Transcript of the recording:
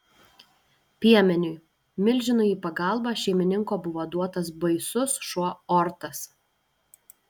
piemeniui milžinui į pagalbą šeimininko buvo duotas baisus šuo ortas